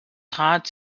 trat